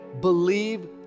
Believe